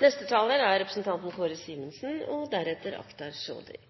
Vinning og makt er målet bak den organiserte kriminaliteten, og